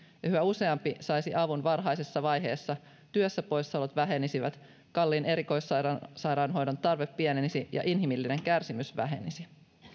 yhä useampi saisi avun varhaisessa vaiheessa työstä poissaolot vähenisivät kalliin erikoissairaanhoidon tarve pienenisi ja inhimillinen kärsimys vähenisi